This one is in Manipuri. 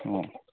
ꯑꯣ